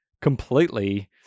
completely –